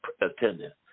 attendance